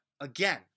again